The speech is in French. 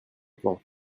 plan